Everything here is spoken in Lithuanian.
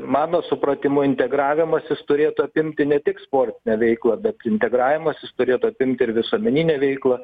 mano supratimu integravimąsis turėtų apimti ne tik sportinę veiklą bet integravimąsis turėtų apimti ir visuomeninę veiklą